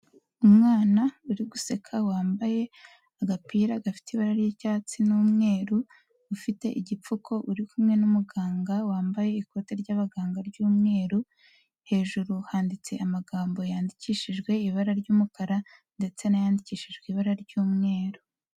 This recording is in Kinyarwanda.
Umwana uri guseka wambaye agapira gafite ibara ry'icyatsi n'umweru, ufite igipfuko uri kumwe n'umuganga wambaye ikote ry'abaganga ry'umweru, hejuru handitse amagambo yandikishijwe ibara ry'umukara ndetse n'ayandikishijwe ibara ry'umweru.